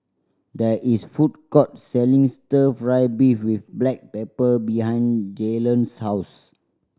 there is food court selling Stir Fry beef with black pepper behind Jaylon's house